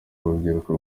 urubyiruko